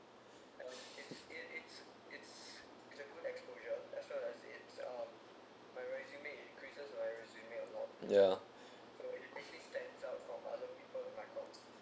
ya